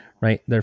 right